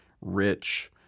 rich